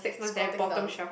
squatting down